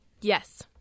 Yes